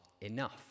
enough